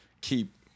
keep